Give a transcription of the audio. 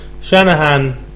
Shanahan